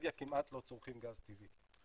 בנורבגיה כמעט לא צורכים גז טבעי.